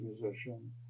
musician